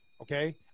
okay